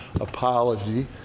apology